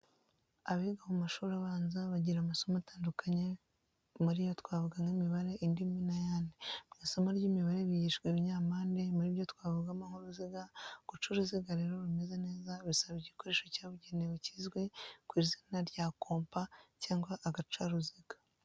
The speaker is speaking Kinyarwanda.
Abiga mumashuri abanza bagira amasomo atandukanye, muri yo twavuga nk'imibare, indimi n'ayandi. Mu isomo ry'imibare bigishwa ibinyampande muri byo twavugamo nk'uruziga. Guca uruziga rero rumeze neza bisaba igikoresho cyabugenewe kizwi ku izina rya kompa cyangwa agacaruziga.